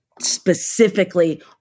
specifically